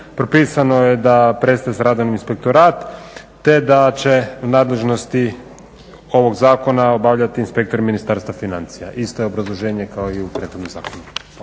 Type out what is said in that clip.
propisano je da prestaje sa radom inspektorat te da će nadležnosti ovoga Zakona obavljati inspektori Ministarstva financija. Isto je obrazloženje kao i u prethodnom zakonu.